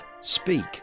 speak